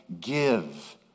give